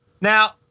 Now